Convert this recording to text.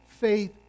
faith